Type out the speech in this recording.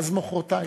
אז מחרתיים.